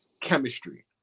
chemistry